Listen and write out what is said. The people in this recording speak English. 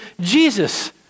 Jesus